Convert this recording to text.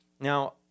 Now